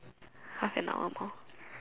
half and hour more